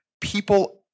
people